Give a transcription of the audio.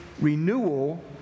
renewal